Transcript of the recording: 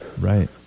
right